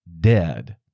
dead